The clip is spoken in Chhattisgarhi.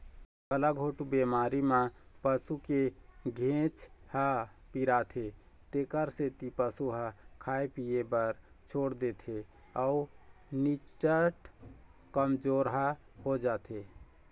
गलाघोंट बेमारी म पसू के घेंच ह पिराथे तेखर सेती पशु ह खाए पिए बर छोड़ देथे अउ निच्चट कमजोरहा हो जाथे